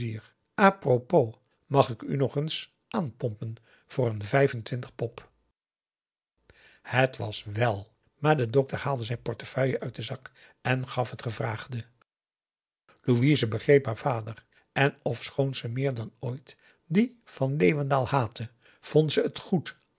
propos mag ik u nog eens aanpompen voor n vijf en twintig pop het was wèl maar de dokter haalde zijn portefeuille uit den zak en gaf t gevraagde louise begreep haar vader en ofschoon ze meer dan ooit dien van leeuwendaal haatte vond ze het goed